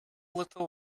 little